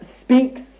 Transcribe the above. speaks